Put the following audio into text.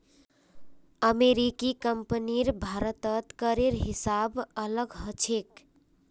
अमेरिकी कंपनीर भारतत करेर हिसाब अलग ह छेक